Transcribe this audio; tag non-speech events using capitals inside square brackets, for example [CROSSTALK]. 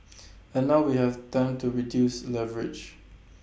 [NOISE] and now we have time to reduce leverage